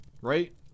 right